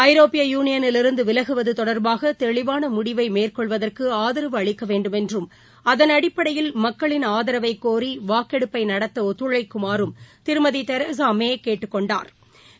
ஐரோப்பிய யுனியனிலிருந்து விலகுவது தொடர்பாக தெளிவான முடிவை மேற்கொள்வதற்கு ஆதரவு அளிக்க வேண்டுமென்றும் அதன் அடிப்படையில் மக்களின் ஆதரவைக் கோரி வாக்கெடுப்பை நடத்த ஒத்துழைக்குமாறும் திருமதி தெரசா மே கேட்டுக் கொண்டாா்